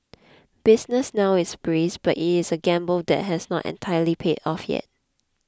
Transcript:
business now is brisk but it is a gamble that has not entirely paid off yet